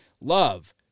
love